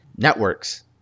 networks